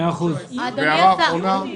אדוני השר,